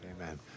Amen